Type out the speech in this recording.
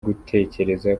gutekereza